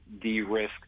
de-risk